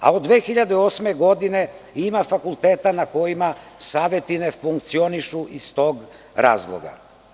A od 2008. godine ima fakulteta na kojima saveti ne funkcionišu iz tog razloga.